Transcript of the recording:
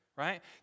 right